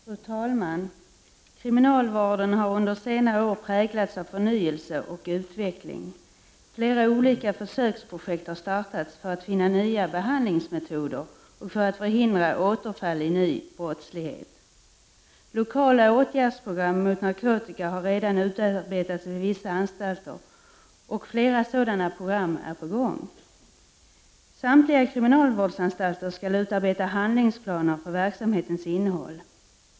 Fru talman! Kriminalvården har under senare år präglats av förnyelse och utveckling. Flera olika försöksprojekt har startats för att finna nya behandlingsmetoder och för att förhindra återfall i ny brottslighet. Lokala åtgärdsprogram mot narkotika har redan utarbetats vid vissa anstalter och flera sådana program är i gång. Samtliga kriminalvårdsanstalter skall utarbeta handlingsplaner för verksamhetens innehåll.